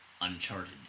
Uncharted